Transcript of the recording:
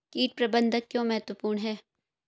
कीट प्रबंधन क्यों महत्वपूर्ण है?